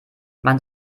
man